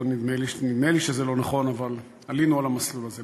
נדמה לי שזה לא נכון, אבל עלינו על המסלול הזה.